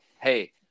Hey